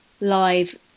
live